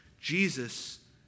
Jesus